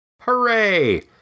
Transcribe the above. Hooray